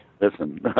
Listen